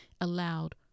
allowed